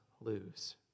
lose